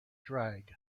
drag